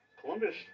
Columbus